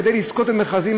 כדי לזכות במכרזים,